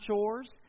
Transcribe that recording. chores